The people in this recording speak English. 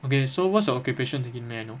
okay so what's your occupation again may I know